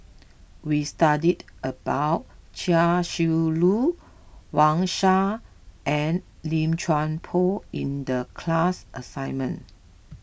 we studied about Chia Shi Lu Wang Sha and Lim Chuan Poh in the class assignment